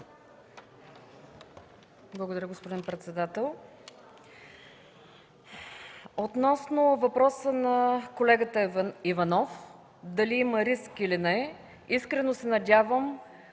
Благодаря, господин председател. Относно въпроса на колегата Иванов – дали има риск, или не? Искрено се надявам